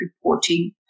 reporting